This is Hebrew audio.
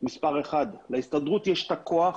מספר אחד להסתדרות יש את הכוח